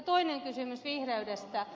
toinen kysymys vihreydestä